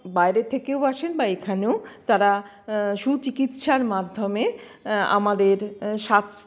বাইরে থেকেও আসেন বা এখানেও তারা সুচিকিৎসার মাধ্যমে আমাদের স্বাস